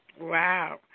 Wow